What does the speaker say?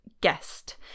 guest